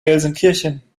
gelsenkirchen